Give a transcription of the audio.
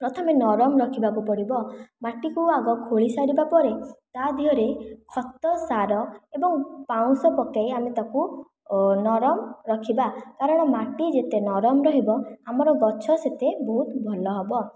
ପ୍ରଥମେ ନରମ ରଖିବାକୁ ପଡ଼ିବ ମାଟିକୁ ଆଗ ଖୋଳି ସାରିବାପରେ ତା'ଦେହରେ ଖତ ସାର ଏବଂ ପାଉଁଶ ପକାଇ ଆମେ ତାକୁ ନରମ ରଖିବା କାରଣ ମାଟି ଯେତେ ନରମ ରହିବ ଆମର ଗଛ ସେତେ ବହୁତ ଭଲ ହେବ